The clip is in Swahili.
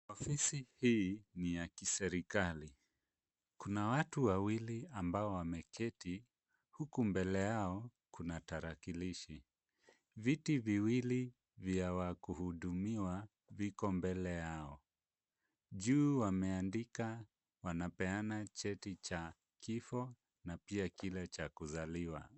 Ofisi hii ni ya kiserikali. Kuna watu wawili ambao wameketi huku mbele yao kuna tarakilishi. Viti viwili vya wakuhudumiwa viko mbele yao. Juu wameandika wanapeana cheti cha kifo na pia kile cha kuzaliwa.